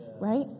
right